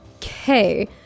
Okay